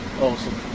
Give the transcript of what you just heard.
Awesome